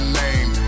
name